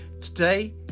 Today